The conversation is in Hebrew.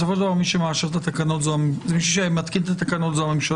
בסופו של דבר מי שמתקין את התקנות זו הממשלה,